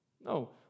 No